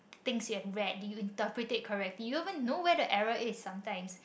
things you have read did you interpret it correctly you don't even know where the error is sometimes